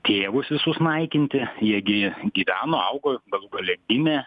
tėvus visus naikinti jie gi gyveno augo ir galų gale gimė